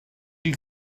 you